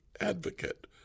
advocate